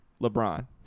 LeBron